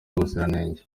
ubuziranenge